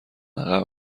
عقب